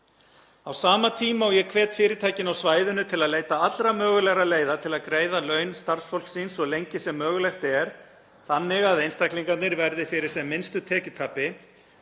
Á sama tíma og ég hvet fyrirtækin á svæðinu til að leita allra mögulegra leiða til að greiða laun starfsfólks síns svo lengi sem mögulegt er þannig að einstaklingarnir verði fyrir sem minnstu tekjutapi